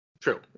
True